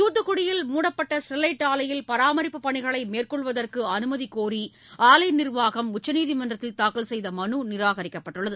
தூத்துக்குடியில் மூடப்பட்ட ஸ்டெர்லைட் ஆலையில் பராமரிப்பு பணிகளை மேற்கொள்வதற்கு அனுமதி கோரி ஆலை நிர்வாகம் உச்சநீதிமன்றத்தில் தாக்கல் செய்த மனு நிராகரிக்கப்பட்டுள்ளது